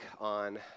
on